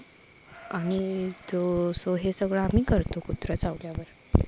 आम्ही जो सो हे सगळं आम्ही करतो कुत्रं चावल्यावर